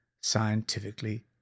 scientifically